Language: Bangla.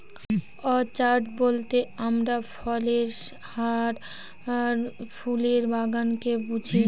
অর্চাড বলতে আমরা ফলের আর ফুলের বাগানকে বুঝি